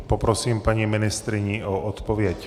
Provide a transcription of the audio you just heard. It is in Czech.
Poprosím paní ministryni o odpověď.